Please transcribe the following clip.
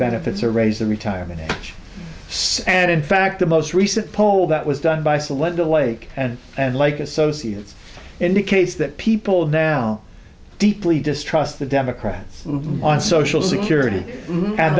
benefits or raise the retirement age and in fact the most recent poll that was done by celeb lake and and lake associates indicates that people now deeply distrust the democrats on social security